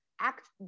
act